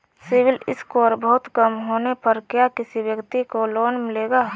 CIBIL score बहुत कम होने पर क्या किसी व्यक्ति को लोंन मिलेगा?